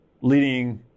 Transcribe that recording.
leading